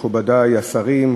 מכובדי השרים,